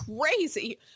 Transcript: Crazy